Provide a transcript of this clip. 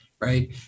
right